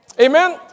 Amen